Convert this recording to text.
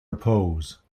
repose